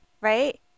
right